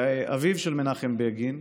אבל אביו של מנחם בגין,